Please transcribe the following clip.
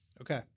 Okay